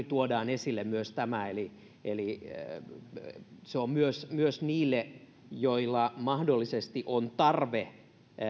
tuodaan esille juuri tämä että se on myös myös niille joilla mahdollisesti on tarve